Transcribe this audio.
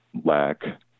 lack